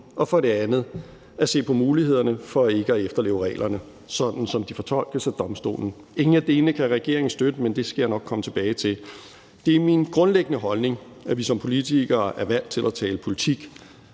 og for det andet at se på mulighederne for ikke at efterleve reglerne, sådan som de fortolkes af domstolen. Ingen af delene kan regeringen støtte, men det skal jeg nok komme tilbage til. Det er min grundlæggende holdning, at vi som politikere er valgt til at tale politik